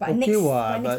okay [what] but